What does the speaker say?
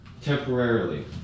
temporarily